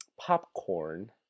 popcorn